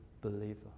believer